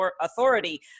authority